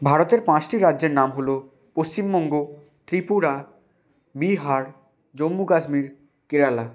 ভারতের পাঁচটি রাজ্যের নাম হলো পশ্চিমবঙ্গ ত্রিপুরা বিহার জম্মু কাশ্মীর কেরালা